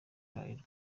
bralirwa